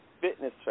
fitness